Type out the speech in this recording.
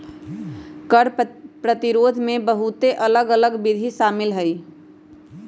कर प्रतिरोध में बहुते अलग अल्लग विधि शामिल हइ